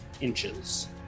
inches